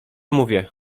mówię